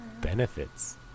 Benefits